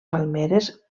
palmeres